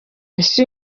ese